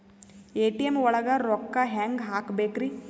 ATM ಒಳಗ್ ರೊಕ್ಕ ಹೆಂಗ್ ಹ್ಹಾಕ್ಬೇಕ್ರಿ?